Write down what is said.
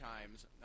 times